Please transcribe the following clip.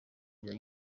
bya